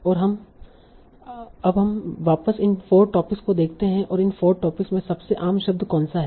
और अब हम वापस इन 4 टॉपिक्स को देखते हैं और इन 4 टॉपिक्स में सबसे आम शब्द कौनसा हैं